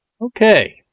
Okay